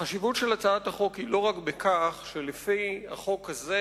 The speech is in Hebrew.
החשיבות של הצעת החוק היא לא רק בכך שלפי החוק הזה